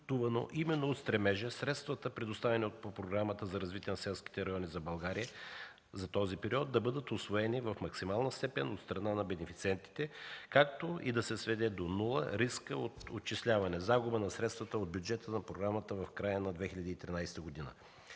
от стремежа средствата, предоставени по Програмата за развитие на селските райони за България за този период, да бъдат усвоени в максимална степен от страна на бенефициентите, както и да се сведе до нула рискът от отчисляване на загуба на средствата от бюджета на програмата в края на 2013 г.